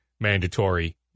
mandatory